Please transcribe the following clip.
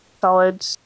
solid